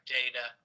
data